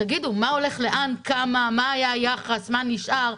תגידו מה הולך לאן, כמה, מה היה היחס, מה נשאר,